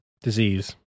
Disease